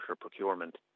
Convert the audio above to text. procurement